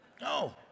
No